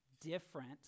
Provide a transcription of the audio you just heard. different